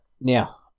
Now